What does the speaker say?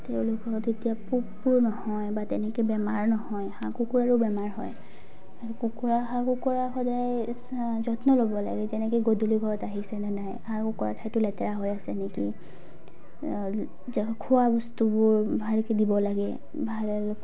তেওঁলোকৰ তেতিয়া পোকবোৰ নহয় বা তেনেকৈ বেমাৰ নহয় হাঁহ কুকুৰাৰো বেমাৰ হয় আৰু কুকুৰা হাঁহ কুকুৰা সদায় যত্ন ল'ব লাগে যেনেকৈ গধূলি ঘৰত আহিছে নে নাই হাঁহ কুকুৰা ঠাইতো লেতেৰা হৈ আছে নেকি খোৱা বস্তুবোৰ ভালকৈ দিব লাগে ভাল